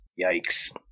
Yikes